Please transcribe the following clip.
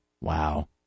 Wow